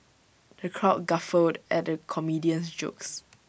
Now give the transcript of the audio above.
the crowd guffawed at the comedian's jokes